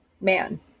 Man